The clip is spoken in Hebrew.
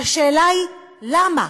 והשאלה היא: למה?